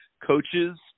coaches